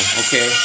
okay